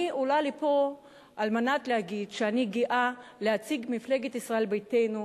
אני עולה לפה על מנת להגיד שאני גאה לייצג את מפלגת ישראל ביתנו,